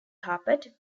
carpet